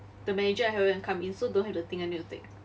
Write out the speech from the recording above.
the manager haven't even come in so don't have the thing I need to take